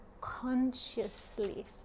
consciously